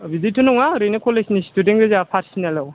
बिदिथ' नङा ओरैनो कलेजनि स्टुडेन गोजा पारसनेल औ